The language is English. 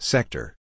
Sector